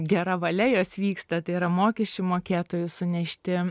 gera valia jos vyksta tai yra mokesčių mokėtojų sunešti